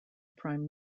prime